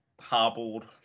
hobbled